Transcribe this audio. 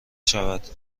شود